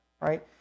right